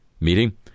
meeting